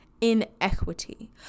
inequity